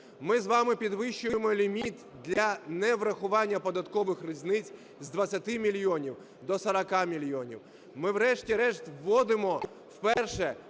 Ми з вами підвищуємо ліміт для неврахування податкових різниць з 20 мільйонів до 40 мільйонів. Ми, врешті-решт, вводимо, вперше